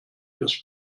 fürs